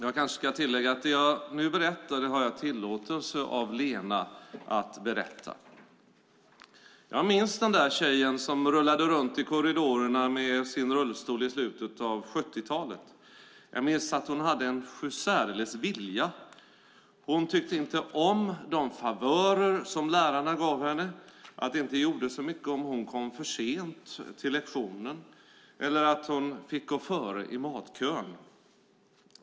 Jag kanske ska tillägga att det jag nu berättar har jag tillåtelse av Lena att göra. Jag minns den där tjejen som rullade runt i korridorerna med sin rullstol i slutet av 70-talet. Jag minns att hon hade en sjusärdeles vilja. Hon tyckte inte om de favörer som lärarna gav henne, att det inte gjorde så mycket om hon kom för sent till lektionen eller att hon fick gå före i matkön.